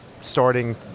starting